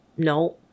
No